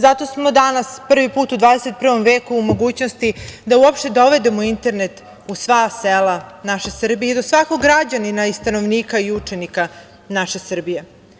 Zato smo danas, prvi put u XXI veku u mogućnosti da uopšte dovedemo internet u sva sela naše Srbije i do svakog građanina, stanovnika i učenika naše Srbije.